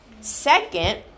Second